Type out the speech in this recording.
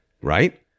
right